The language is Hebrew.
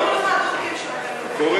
לדאוג שיהיה ייצוג פי-עשרה, זה החוק שצריך לעשות.